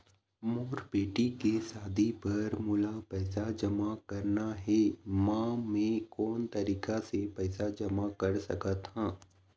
मोर बेटी के शादी बर मोला पैसा जमा करना हे, म मैं कोन तरीका से पैसा जमा कर सकत ह?